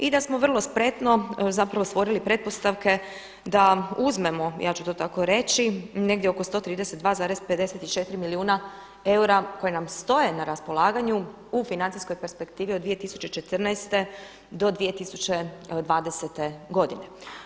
I da smo vrlo spretno zapravo stvorili pretpostavke da uzmemo ja ću to tako reći negdje oko 132,54 milijuna eura koji nam stoje na raspolaganju u financijskoj perspektivi od 2014. do 2020. godine.